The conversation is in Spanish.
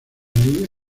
lliga